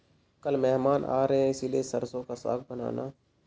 कल मेहमान आ रहे हैं इसलिए सरसों का साग बनाना